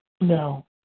No